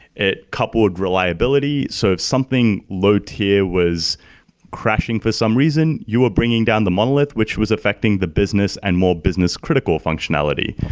it coupled reliability, so if something low tier was crashing for some reason, you are bringing down the monolith, which was affecting the business and more business critical functionality.